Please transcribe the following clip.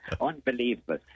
unbelievable